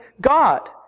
God